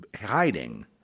hiding